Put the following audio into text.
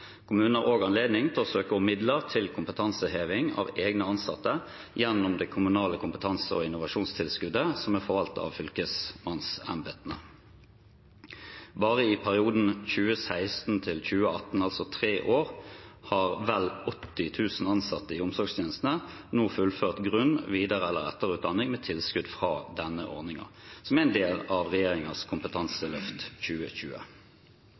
Kommunen har også anledning til å søke om midler til kompetanseheving av egne ansatte gjennom det kommunale kompetanse- og innovasjonstilskuddet som er forvaltet av fylkesmannsembetene. Bare i perioden 2016–2018, altså tre år, har vel 80 000 ansatte i omsorgstjenestene fullført grunn-, videre- eller etterutdanning med tilskudd fra denne ordningen, som er en del av regjeringens Kompetanseløft 2020.